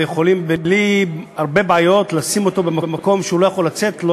ויכולים בלי הרבה בעיות לשים אותו במקום שהוא לא יכול לצאת ממנו,